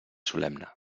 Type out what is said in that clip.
solemne